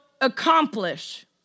accomplish